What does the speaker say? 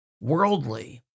worldly